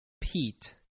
Pete